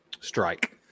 strike